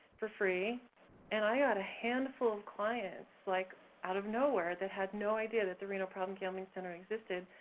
for free and i got a handful of clients, like out of nowhere, that had no idea that the reno problem gambling center existed,